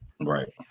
Right